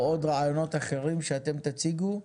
או עוד רעיונות אחרים שאתם תציגו,